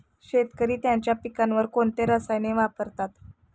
शेतकरी त्यांच्या पिकांवर कोणती रसायने वापरतात?